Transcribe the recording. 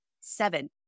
seven